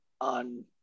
on